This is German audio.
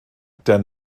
der